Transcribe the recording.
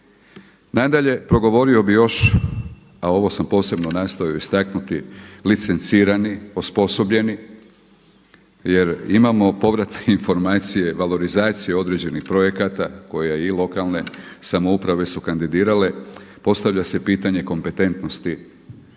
Nadalje, progovorio bih još, a ovo sam posebno nastojao istaknuti licencirani, osposobljeni jer imamo povrat informacije, valorizacije određenih projekata koje i lokalne samouprave su kandidirale, postavlja se pitanje kompetentnosti